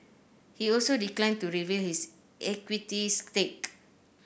he also declined to reveal his equities stake